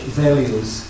values